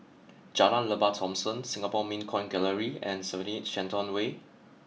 Jalan Lembah Thomson Singapore Mint Coin Gallery and seventy eight Shenton Way